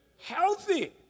healthy